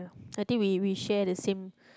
I think we we share the same